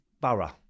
Borough